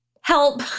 help